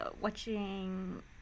Watching